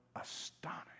astonished